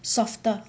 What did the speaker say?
softer